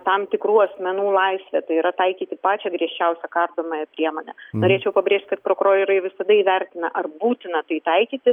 tam tikrų asmenų laisvę tai yra taikyti pačią griežčiausią kardomąją priemonę norėčiau pabrėžt kad prokurorai visada įvertina ar būtina tai taikyti